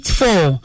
four